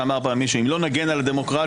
שאמר פעם מישהו: אם לא נגן על הדמוקרטיה,